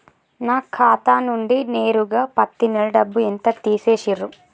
నా ఖాతా నుండి నేరుగా పత్తి నెల డబ్బు ఎంత తీసేశిర్రు?